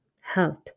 health